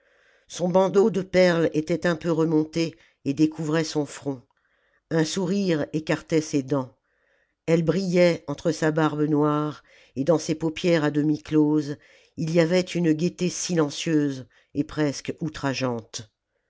son bandeau de perles était un peu remonté et découvrait son front un sourire écartait ses dents elles brillaient entre sa barbe noire et dans ses paupières à demi closes il j avait une gaieté silencieuse et presque outrageante